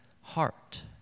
heart